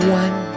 one